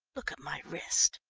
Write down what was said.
look at my wrist!